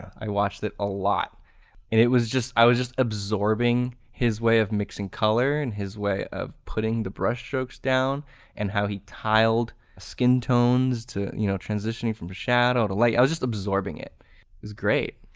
i watched it a lot and it was just i was just absorbing his way of mixing color and his way of putting the brushstrokes down and how he tiled skin tones you know transitioning from shadow to light. i was just absorbing, it was great.